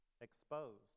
exposed